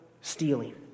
stealing